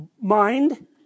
mind